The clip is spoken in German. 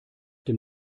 dem